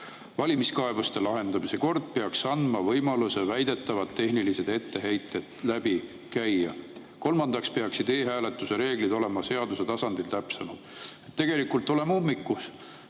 Valimiskaebuste lahendamise kord peaks andma võimaluse väidetavad tehnilised etteheited ka läbi käia. Kolmandaks peaksid e‑hääletuse reeglid olema seaduse tasandil täpsemad."Tegelikult oleme ummikus.